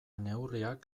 neurriak